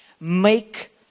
Make